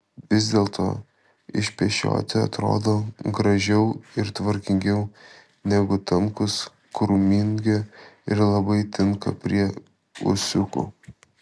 vis dėlto išpešioti atrodo gražiau ir tvarkingiau negu tankūs krūmingi ir labai tinka prie ūsiukų